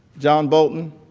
john bolton,